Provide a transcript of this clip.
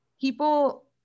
people